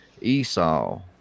Esau